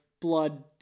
blood